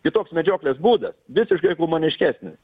kitoks medžioklės būdas visiškai humaniškesnis